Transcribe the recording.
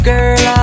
Girl